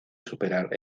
superar